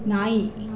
ನಾಯಿ